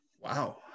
Wow